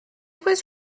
was